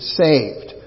saved